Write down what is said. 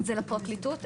זה לפרקליטות,